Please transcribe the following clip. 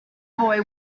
boy